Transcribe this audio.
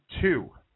two